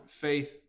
faith